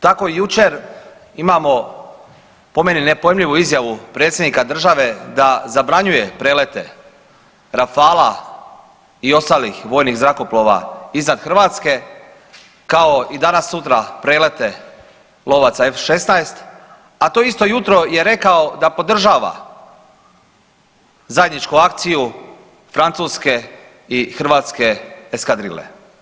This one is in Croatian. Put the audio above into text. Tako i jučer imamo po meni nepojmljivu izjavu predsjednika države da zabranjuje prelete Rafala i ostalih vojnih zrakoplova iznad Hrvatske kao i danas sutra prelete lovaca F16, a to isto jutro je rekao da podržava zajedničku akciju Francuske i Hrvatske eskadrile.